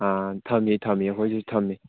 ꯑꯥ ꯊꯝꯃꯤ ꯊꯝꯃꯤ ꯑꯩꯈꯣꯏꯁꯨ ꯊꯝꯃꯤ